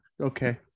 Okay